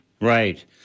Right